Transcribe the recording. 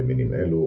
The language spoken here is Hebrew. במינים אלו,